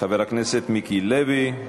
חבר הכנסת מיקי לוי,